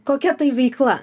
kokia tai veikla